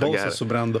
balsas subrendo